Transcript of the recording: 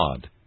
God